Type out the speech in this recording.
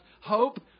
hope